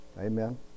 Amen